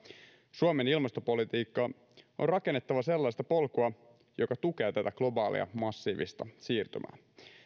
suomen ilmastopolitiikkaa on rakennettava sellaista polkua joka tukee tätä globaalia massiivista siirtymää